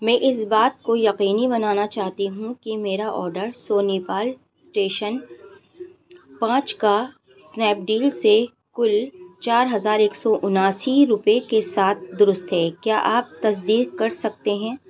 میں اس بات کو یقینی بنانا چاہتی ہوں کہ میرا آڈر سونی پال اسٹیشن پانچ کا اسنیپ ڈیل سے کل چار ہزار ایک سو اناسی روپے کے ساتھ درست ہے کیا آپ تصدیق کر سکتے ہیں